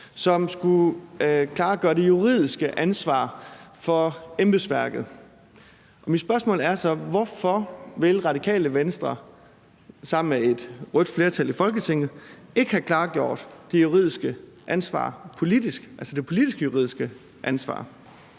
som skulle klargøre det juridiske ansvar for embedsværket. Og mit spørgsmål er så: Hvorfor vil Radikale Venstre sammen med et rødt flertal i Folketinget ikke have klargjort det juridiske ansvar politisk, altså det politisk-juridiske ansvar?